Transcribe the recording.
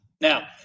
Now